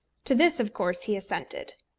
to this of course he assented.